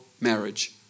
marriage